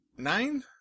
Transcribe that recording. Nine